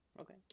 Okay